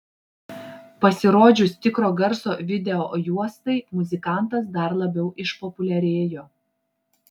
pasirodžius tikro garso videojuostai muzikantas dar labiau išpopuliarėjo